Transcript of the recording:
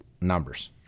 numbers